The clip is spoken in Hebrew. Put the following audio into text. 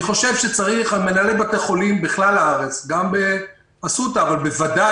אני חושב שמנהלי בתי החולים בכלל בארץ באסותא ובוודאי